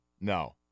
No